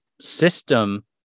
system